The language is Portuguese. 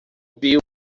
bill